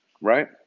right